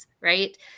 right